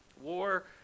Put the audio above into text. War